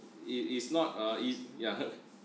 it is not a is yeah heard